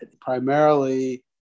primarily